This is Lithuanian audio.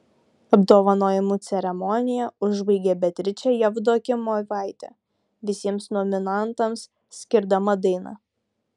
apdovanojimų ceremoniją užbaigė beatričė jevdokimovaitė visiems nominantams skirdama dainą